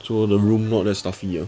so the room not that stuffy ah